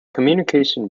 communication